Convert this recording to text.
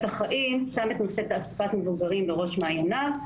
החיים שם את נושא תעסוקת מבוגרים בראש מעייניו.